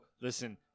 listen